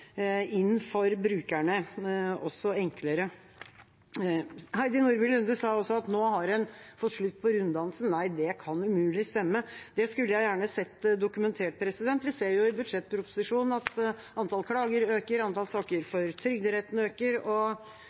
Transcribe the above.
enklere. Heidi Nordby Lunde sa også at nå har en fått slutt på runddansen. Nei, det kan umulig stemme. Det skulle jeg gjerne sett dokumentert. Vi ser jo i budsjettproposisjonen at antall klager øker, antall saker for Trygderetten øker,